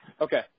Okay